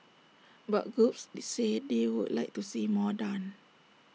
but groups say they would like to see more done